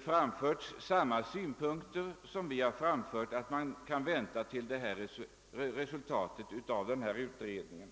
framförts samma synpunkter som vi har framfört, nämligen att man bör vänta på resultatet av denna utredning.